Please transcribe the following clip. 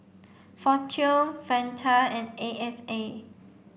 Fortune Fanta and A X A